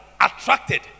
attracted